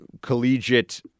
collegiate